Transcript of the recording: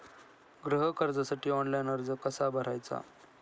गृह कर्जासाठी ऑनलाइन अर्ज कसा भरायचा?